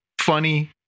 funny